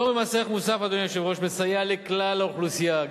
פטור ממס ערך מוסף מסייע לכלל האוכלוסייה,